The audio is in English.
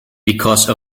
because